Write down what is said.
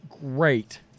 great